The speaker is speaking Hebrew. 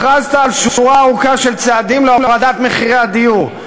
הכרזת על שורה ארוכה של צעדים להורדת מחירי הדיור.